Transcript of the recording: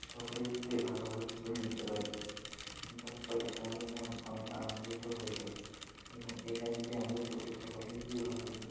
সকলের সাথে ভাগাভাগি করে নিতে পারি যার ফলে আমাদের মন অনেক আনন্দিত হয়ে থাকে এবং এই কাজগুলি আমাদের করতে সকলের খুবই ভালো লাগে